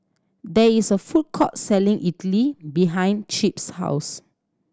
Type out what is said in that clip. there is a food court selling idly behind Chip's house